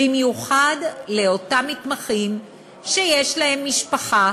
במיוחד לאותם מתמחים שיש להם משפחה